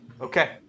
Okay